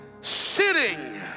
sitting